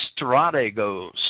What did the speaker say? strategos